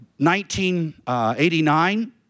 1989